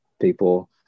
people